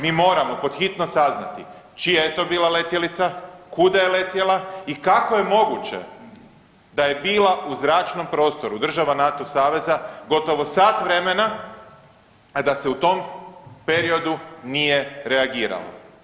Mi moramo pod hitno saznati čija je to bila letjelica, kuda je letjela i kako je moguće da je bila u zračnom prostoru država NATO saveza gotovo sat vremena, a da se u tom periodu nije reagiralo.